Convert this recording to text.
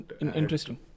Interesting